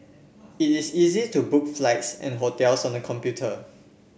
it is easy to book flights and hotels on the computer